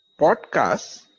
podcasts